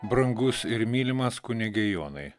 brangus ir mylimas kunige jonai